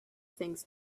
things